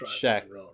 checked